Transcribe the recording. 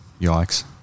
Yikes